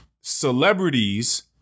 celebrities